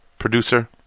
Producer